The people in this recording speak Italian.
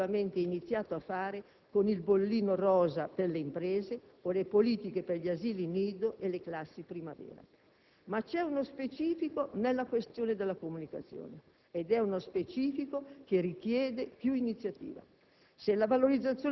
come si è positivamente iniziato a fare con il bollino rosa per le imprese o le politiche per gli asili nido e le classi primavera. Ma c'è uno specifico nella questione della comunicazione ed è uno specifico che richiede più iniziativa.